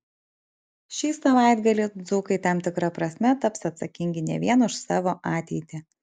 šį savaitgalį dzūkai tam tikra prasme taps atsakingi ne vien už savo ateitį